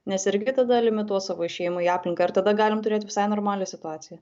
nesergi tada limituot savo išėjimą į aplinką ir tada galim turėt visai normalią situaciją